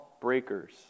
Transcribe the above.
breakers